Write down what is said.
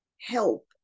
help